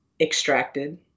extracted